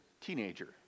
teenager